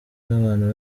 n’abantu